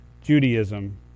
Judaism